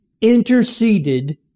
interceded